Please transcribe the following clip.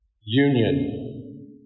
Union